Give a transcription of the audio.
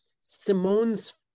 Simone's